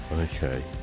Okay